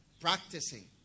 practicing